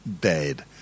dead